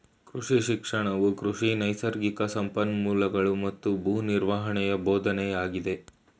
ಕೃಷಿ ಶಿಕ್ಷಣವು ಕೃಷಿ ನೈಸರ್ಗಿಕ ಸಂಪನ್ಮೂಲಗಳೂ ಮತ್ತು ಭೂ ನಿರ್ವಹಣೆಯ ಬೋಧನೆಯಾಗಿದೆ